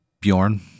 Bjorn